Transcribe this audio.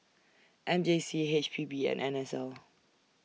M J C H P B and N S L